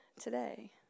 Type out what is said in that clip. today